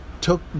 took